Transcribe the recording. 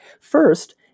First